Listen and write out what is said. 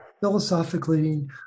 philosophically